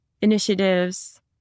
initiatives